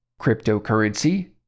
Cryptocurrency